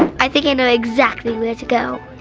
i think i know exactly where to go.